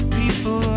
people